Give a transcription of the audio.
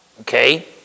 okay